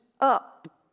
up